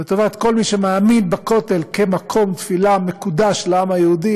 לטובת כל מי שמאמין בכותל כמקום תפילה מקודש של העם היהודי,